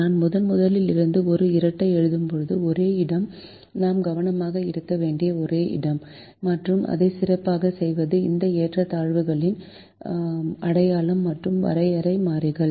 நாம் முதன்முதலில் இருந்து ஒரு இரட்டை எழுதும்போது ஒரே இடம் நாம் கவனமாக இருக்க வேண்டிய ஒரே இடம் மற்றும் அதைச் சிறப்பாகச் செய்வது இந்த ஏற்றத்தாழ்வுகளின் அடையாளம் மற்றும் வரையறை மாறிகள்